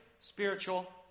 spiritual